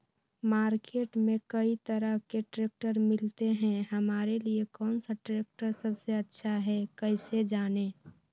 Market में कई तरह के ट्रैक्टर मिलते हैं हमारे लिए कौन सा ट्रैक्टर सबसे अच्छा है कैसे जाने?